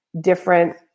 different